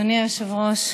אדוני היושב-ראש,